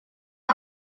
容器